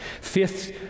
Fifth